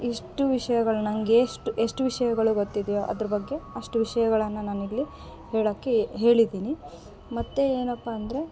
ಇಷ್ಟು ವಿಷಯಗಳು ನಂಗೆ ಎಷ್ಟು ಎಷ್ಟು ವಿಷಯಗಳು ಗೊತ್ತಿದ್ಯೊ ಅದ್ರ ಬಗ್ಗೆ ಅಷ್ಟು ವಿಷಯಗಳನ್ನು ನಾನು ಇಲ್ಲಿ ಹೇಳಕ್ಕೆ ಹೇಳಿದ್ದೀನಿ ಮತ್ತು ಏನಾಪ್ಪ ಅಂದರೆ